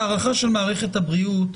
ההערכה של מערכת הבריאות,